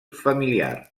familiar